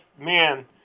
man